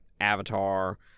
Avatar